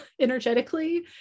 energetically